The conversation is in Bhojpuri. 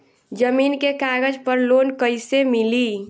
जमीन के कागज पर लोन कइसे मिली?